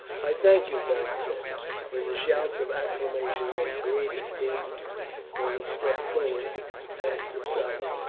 i thank you, beric said when the shout of acclamation that greeted him when he stepped forward had subsided,